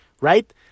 right